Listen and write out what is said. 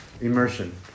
immersion